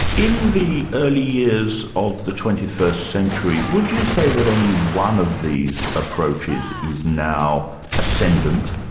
in the early years of the twenty first century would you say that any one of these approaches is now ascendant?